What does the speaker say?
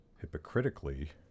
hypocritically